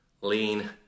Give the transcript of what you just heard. lean